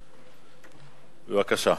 בבקשה.